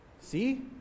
See